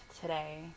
today